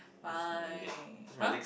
fine !huh!